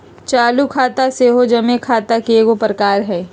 चालू खता सेहो जमें खता के एगो प्रकार हइ